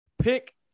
Pick